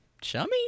Chummy